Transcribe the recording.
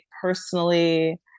personally